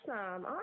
Awesome